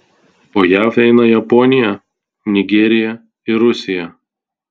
po jav eina japonija nigerija ir rusija